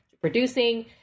producing